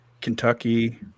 Kentucky